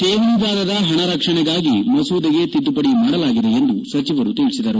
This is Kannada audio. ಕೇವಣಿದಾರರ ಪಣರಕ್ಷಣೆಗಾಗಿ ಮಸೂದೆಗೆ ತಿದ್ದುಪಡಿ ಮಾಡಲಾಗಿದೆ ಎಂದು ಸಚಿವರು ತಿಳಿಸಿದರು